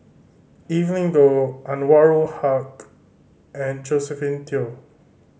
Evelyn Goh Anwarul Haque and Josephine Teo